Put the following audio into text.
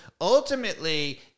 ultimately